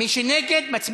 מי שנגד, מצביע,